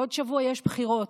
בעוד שבוע יש בחירות,